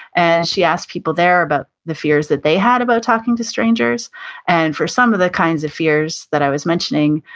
and she asked people there about the fears that they had about talking to strangers and for some of the kinds of fears that i was mentioning,